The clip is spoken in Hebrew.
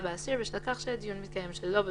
באסיר בשל כך שהדיון מתקיים שלא בנוכחותו.